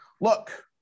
Look